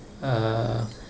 uh